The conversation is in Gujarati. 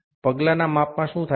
પગલાના માપમાં શું થાય છે